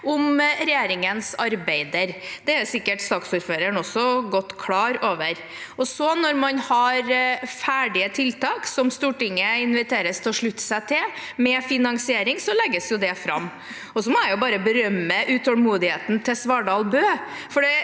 om regjeringens arbeid. Det er saksordføreren også sikkert godt klar over. Når man så har ferdige tiltak som Stortinget inviteres til å slutte seg til, med finansiering, legges det fram. Jeg må også berømme utålmodigheten til Svardal Bøe,